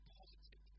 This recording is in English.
positive